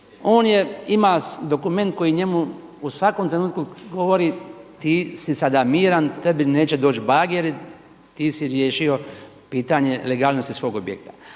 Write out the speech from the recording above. on ima dokument koji njemu u svakom trenutku govori ti si sada miran, tebi neće doći bageri, ti si riješio pitanje legalnosti svog objekta.